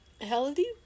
Healthy